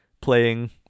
playing